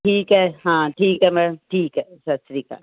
ਠੀਕ ਹੈ ਹਾਂ ਠੀਕ ਹੈ ਮੈ ਠੀਕ ਹੈ ਸਤਿ ਸ਼੍ਰੀ ਅਕਾਲ